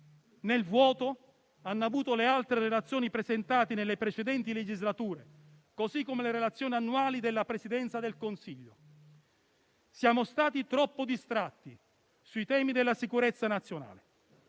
nel vuoto hanno avuto le altre relazioni presentate nelle precedenti legislature, così come le relazioni annuali della Presidenza del Consiglio. Siamo stati troppo distratti sui temi della sicurezza nazionale: